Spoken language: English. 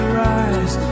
rise